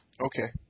Okay